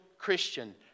Christian